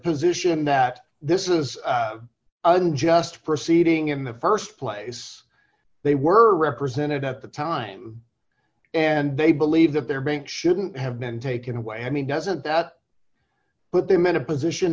position that this is unjust proceeding in the st place they were represented at the time and they believe that their bank shouldn't have been taken away i mean doesn't that put them in a position